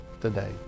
today